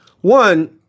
one